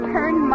Turn